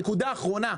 נקודה אחרונה,